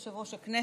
יושב-ראש הכנסת,